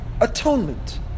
atonement